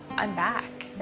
i'm back.